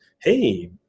hey